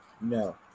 No